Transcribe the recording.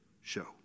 show